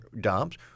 dumps